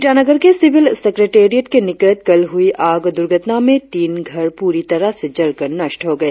ईटानगर के civil secretariat के निकट कल हुई आग दुर्घटना में तीन घर पूरी तरह से जलकर नष्ट हो गए